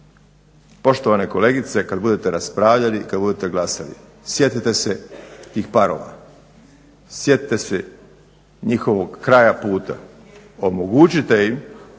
Poštovane kolegice, kad budete raspravljali i kad budete glasali sjetite se tih parova, sjetite se njihovog kraja puta, omogućite im